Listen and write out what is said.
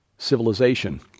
Civilization